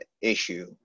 issue